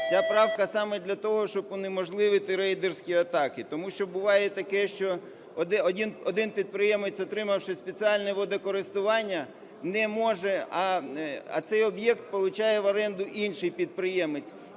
Ця правка саме для того, щоб унеможливити рейдерські атаки. Тому що буває і таке, що один підприємець, отримавши спеціальне водокористування, не може... а цей об'єкт получає в оренду інший підприємець,